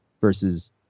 versus